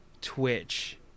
twitch